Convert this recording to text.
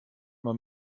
man